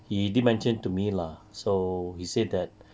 he did mentioned to me lah so he said that